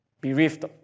bereft